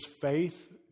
faith